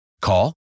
Call